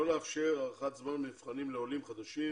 הנושא הוא החלטת הטכניון שלא לאפשר הארכת זמן במבחנים לעולים חדשים